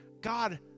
God